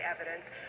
evidence